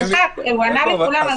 הוא ענה לכולם.